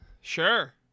Sure